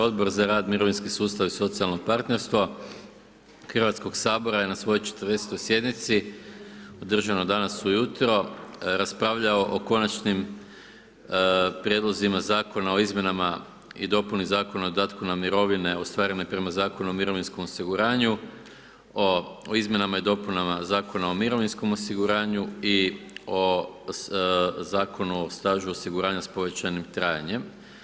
Odbor za rad, mirovinski sustav i socijalno partnerstvo Hrvatskog sabora je na svojoj 40. sjednici, održano danas ujutro, raspravljao o Konačnim prijedlozima Zakona o izmjenama i dopuni Zakon o dodatku na mirovine ostvarene prema Zakonu o mirovinskom osiguranju o izmjenama i dopunama Zakona o mirovinskom osiguranju i o Zakonu o stažu osiguranja s povećanim trajanjem.